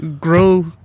grow